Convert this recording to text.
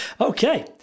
Okay